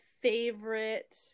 favorite